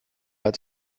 als